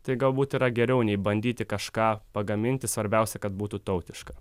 tai galbūt yra geriau nei bandyti kažką pagaminti svarbiausia kad būtų tautiška